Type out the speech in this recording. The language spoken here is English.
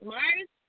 Mars